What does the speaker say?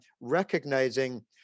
recognizing